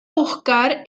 buscar